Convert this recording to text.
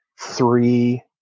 three